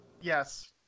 yes